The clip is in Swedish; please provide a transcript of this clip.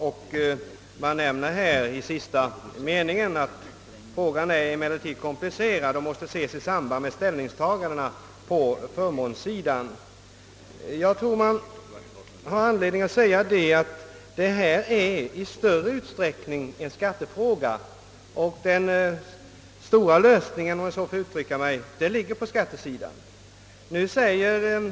Sista meningen i interpellationssvaret lyder: »Frågan är emellertid komplicerad och måste ses i samband med ställningstagandena på förmånssidan.» Jag tror dock att detta i stor utsträckning är en skattefråga och att den stora lösningen, om jag så får uttrycka mig, ligger på skattesidan.